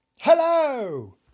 Hello